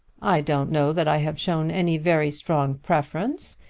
i don't know that i have shown any very strong preference.